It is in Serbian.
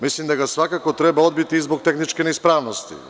Mislim da ga svakako treba odbiti i zbog tehničke neispravnosti.